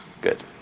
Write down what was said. Good